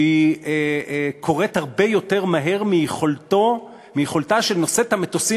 שהיא קורית הרבה יותר מהר מיכולתה של נושאת המטוסים